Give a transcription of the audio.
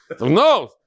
No